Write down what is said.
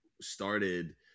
started